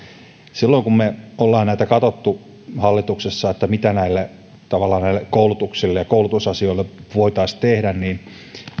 silloin kun me olemme näitä katsoneet hallituksessa mitä tavallaan näille koulutuksille ja koulutusasioille voitaisiin tehdä niin